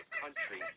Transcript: country